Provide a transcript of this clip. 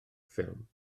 ffilm